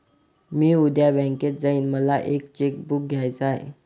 मी उद्या बँकेत जाईन मला एक चेक बुक घ्यायच आहे